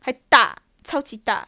还大超级大